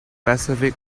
pacific